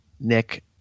Nick